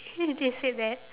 mm they said that